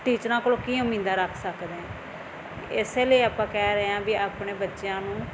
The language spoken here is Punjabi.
ਟੀਚਰਾਂ ਕੋਲੋਂ ਕੀ ਉਮੀਦਾਂ ਰੱਖ ਸਕਦੇ ਆ ਇਸੇ ਲਈ ਆਪਾਂ ਕਹਿ ਰਹੇ ਆ ਵੀ ਆਪਣੇ ਬੱਚਿਆਂ ਨੂੰ